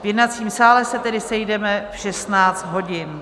V jednacím sále se tedy sejdeme v 16 hodin.